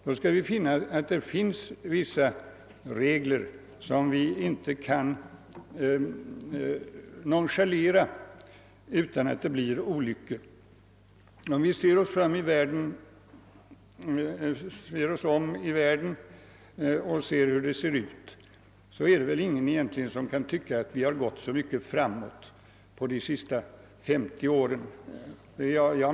Då inser vi att det finns vissa regler som vi inte kan nonchalera utan att det blir olyckor. Ser vi oss omkring i världen måste vi väl konstatera att utvecklingen egentligen inte gått så värst mycket framåt under de senaste femtio åren.